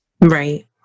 right